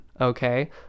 okay